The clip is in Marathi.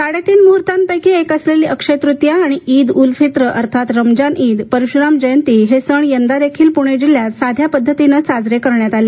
साडेतीन मुहूर्तांपैकी एक असलेली अक्षय्य तृतिया आणि ईद ऊल फित्र अर्थात रजमान ईद परशुराम जयंती हे सण यंदा देखील पुणे जिल्ह्यात साध्या पद्धतीनेच साजरे करण्यात आले